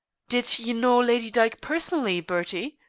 did you know lady dyke personally, bertie?